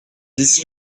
dix